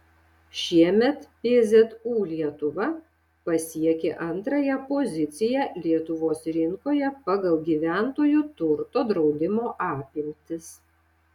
šiemet pzu lietuva pasiekė antrąją poziciją lietuvos rinkoje pagal gyventojų turto draudimo apimtis